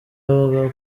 avuga